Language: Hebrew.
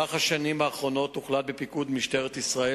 בשנים האחרונות הוחלט בפיקוד משטרת ישראל